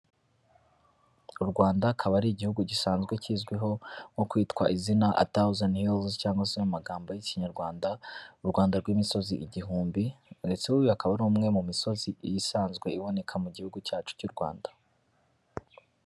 U Rwanda akaba ari Igihugu gisanzwe kizwiho nko kwitwa izina thousand hills cyangwa se mu magambo y'Ikinyarwanda, u Rwanda rw'imisozi igihumbi, ndetse uyu akaba ari umwe mu misozi isanzwe iboneka mu Gihugu cyacu cy'u Rwanda.